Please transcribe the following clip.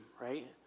right